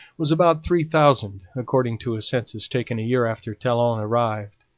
was about three thousand, according to a census taken a year after talon arrived.